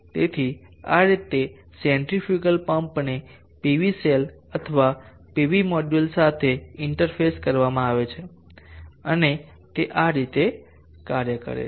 તેથી આ રીતે સેન્ટ્રીફ્યુગલ પમ્પને પીવી સેલ અથવા પીવી મોડ્યુલ સાથે ઇન્ટરફેસ કરવામાં આવે છે અને તે આ રીતે કાર્ય કરે છે